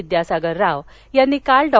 विद्यासागर राव यांनी काल डॉ